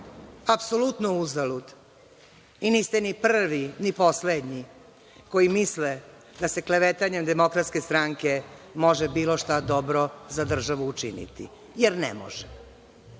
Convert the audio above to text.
apsolutno uzalud. Niste ni prvi ni poslednji koji misle da se klevetanjem Demokratske stranke može bilo šta dobro za državu učiniti, jer ne može.